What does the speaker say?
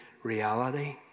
Reality